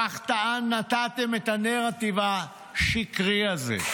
כך נתתם את הנרטיב השקרי הזה.